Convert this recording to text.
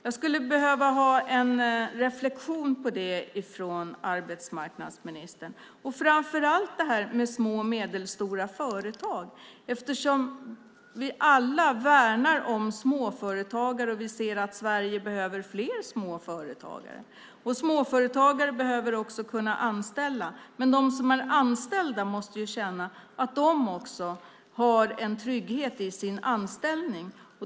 Jag skulle vilja ha en reflexion över det från arbetsmarknadsministern och även när det gäller små och medelstora företag. Vi värnar ju alla om småföretagare. Vi ser att Sverige behöver fler småföretagare. Småföretagare behöver kunna anställa. De som är anställda måste ju känna att de har trygghet i sin anställning.